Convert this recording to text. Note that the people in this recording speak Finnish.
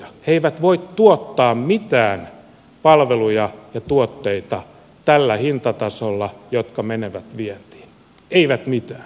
he eivät voi tuottaa tällä hintatasolla mitään palveluja ja tuotteita jotka menevät vientiin eivät mitään